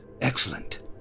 Excellent